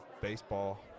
baseball